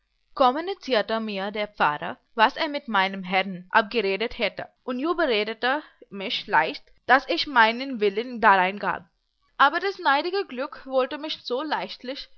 ließe kommunizierte mir der pfarrer was er mit meinem herrn abgeredet hätte und überredete mich leicht daß ich meinen willen darein gab aber das neidige glück wollte mich so leichtlich